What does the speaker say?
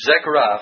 Zechariah